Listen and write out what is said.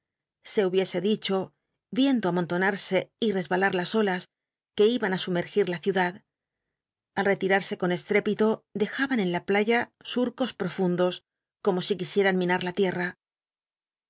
se hubiese dicho viendo amontona rse y resbalar las olas que iban á sumergir la ci udad al rctirarse con estrépito dejaban en la playa surjuisicran minar la tierta